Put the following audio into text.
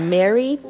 Mary